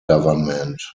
government